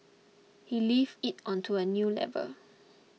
he lifts it onto a new level